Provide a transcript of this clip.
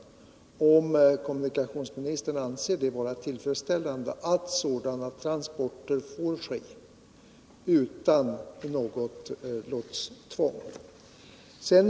Anser kommunikationsministern att det är tillfredsställande att sådana transporter får ske utan något lotstvång?